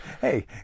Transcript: hey